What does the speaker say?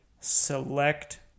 select